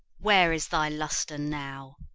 where is thy lustre now?